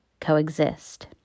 coexist